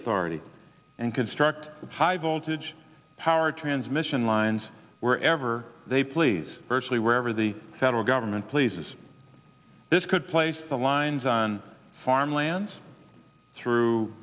authority and construct high voltage power transmission lines wherever they please virtually wherever the federal government pleases this could place the lines on farmland through